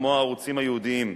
כמו הערוצים הייעודיים,